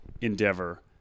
endeavor